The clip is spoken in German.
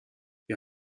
wir